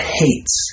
hates